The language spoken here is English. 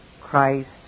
Christ